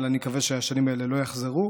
אבל אני מקווה שהשנים האלה לא יחזרו.